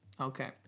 okay